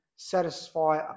satisfy